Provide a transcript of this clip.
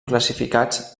classificats